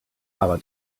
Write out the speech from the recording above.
aber